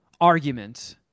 arguments